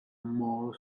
more